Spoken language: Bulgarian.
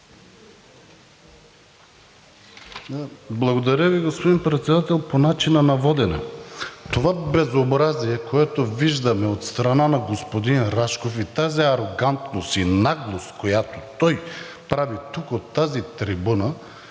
Благодаря Ви, господин Председател. По начина на водене. Това безобразие, което виждаме от страна на господин Рашков, и тази арогантност и наглост, която той прави тук от тази трибуна,